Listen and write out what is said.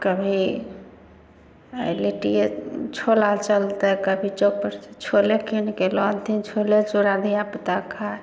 कभी लिट्टीए छोला चलतै कभी चॉप छोले किनके लऽ अनथिन छोले चूरा धिया पुता खाय